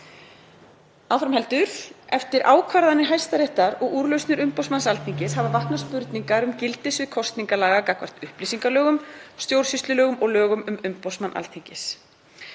yfirkjörstjórna. Eftir ákvarðanir Hæstaréttar og úrlausnir umboðsmanns Alþingis hafa vaknað spurningar um gildissvið kosningalaga gagnvart upplýsingalögum, stjórnsýslulögum og lögum um umboðsmann Alþingis.